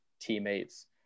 teammates